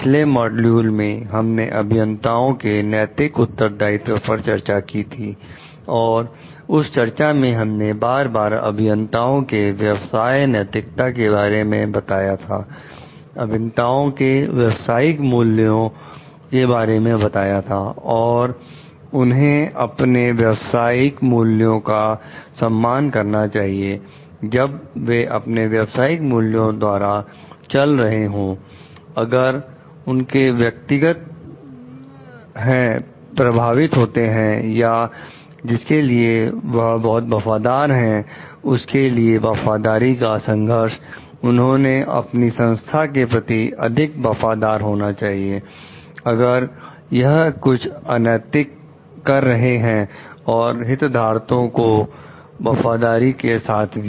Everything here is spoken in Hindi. पिछले मॉड्यूल में हमने अभियंताओं के नैतिक उत्तरदायित्व पर चर्चा की थी और उस चर्चा में हमने बार बार अभियंताओं के व्यवसाय नैतिकता के बारे में बताया था अभियंताओं के व्यवसायिक मूल्यों के बारे में बताया था और उन्हें अपने व्यवसाय मूल्यों का सम्मान करना चाहिए जब वे अपने व्यवसायिक मूल्यों द्वारा चल रहे हो अगर उनके व्यक्तिगत है प्रभावित होते हैं या जिसके लिए वह बहुत वफादार हैं उसके लिए वफादारी का संघर्ष उन्हें अपनी संस्था के प्रति अधिक वफादार होना चाहिए अगर यह कुछ अनैतिक कर रहे हैं और हितधारकों की वफादारी के साथ भी